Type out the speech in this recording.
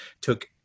took